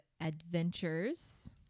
adventures